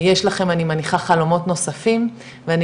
יש לכם אני מניחה חלומות נוספים ואני